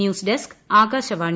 news desk Akashvani